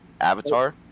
Avatar